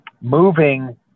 moving